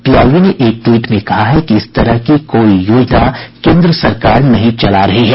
PIB ने एक tweet में कहा है कि इस तरह की कोई योजना केन्द्र सरकार नहीं चला रही है